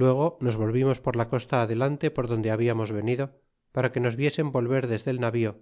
luego nos volvimos por la costa adelante por donde hablamos venido para que nos viesen volver desde el navío